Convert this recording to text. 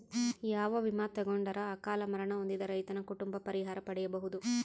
ಯಾವ ವಿಮಾ ತೊಗೊಂಡರ ಅಕಾಲ ಮರಣ ಹೊಂದಿದ ರೈತನ ಕುಟುಂಬ ಪರಿಹಾರ ಪಡಿಬಹುದು?